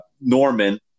Norman